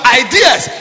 ideas